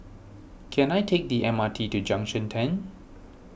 can I take the M R T to Junction ten